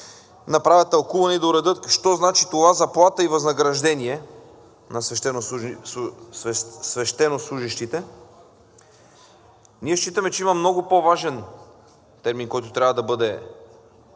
направят тълкуване и да уредят що значи това заплата и възнаграждение на свещенослужещите. Ние считаме, че има много по-важен термин, който трябва да